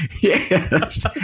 Yes